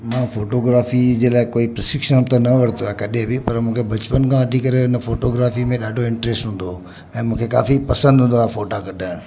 मां फोटोग्राफी जे लाइ कोई प्रशिक्षण त न वरितो आहे कॾहिं बि पर मूंखे बचपन खां वठी करे हिन फोटोग्राफी में ॾाढो इंट्रस्ट हूंदो हुओ ऐं मूंखे काफ़ी पसंदि हूंदो आहे फ़ोटा कढणु